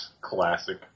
classic